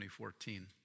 2014